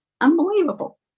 unbelievable